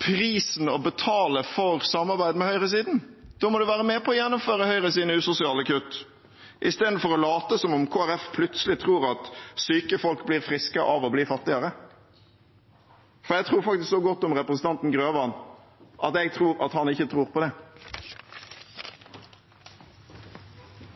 prisen å betale for samarbeidet med høyresiden – da må en være med på å gjennomføre høyresidens usosiale kutt istedenfor å late som om Kristelig Folkeparti plutselig tror at syke folk blir friske av å bli fattigere. Jeg tror faktisk så godt om representanten Grøvan at jeg tror at han ikke tror på det.